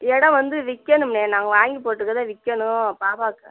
எடம் வந்து விற்கணும்ண்ணே நாங்கள் வாங்கிப் போட்ருக்கிறத விற்கணும் பாப்பாவுக்கு